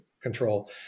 control